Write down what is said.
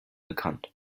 bekannt